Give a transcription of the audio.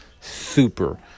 Super